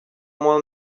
moins